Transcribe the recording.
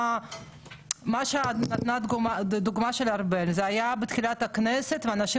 הדוגמה שנתנה ארבל הייתה בתחילת הכנסת ואנשים